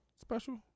special